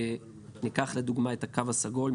ניקח לדוגמה את הקו הסגול,